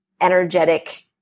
energetic